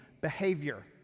behavior